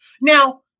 Now